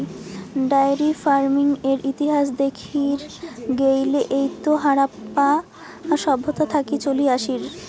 diary ফার্মিংয়ের ইতিহাস দেখির গেইলে ওইতো হারাপ্পা সভ্যতা থাকি চলি আসির